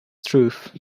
truth